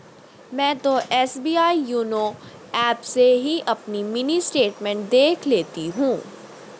मैं तो SBI YONO app से ही अपनी मिनी स्टेटमेंट देख लेती हूँ